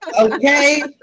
Okay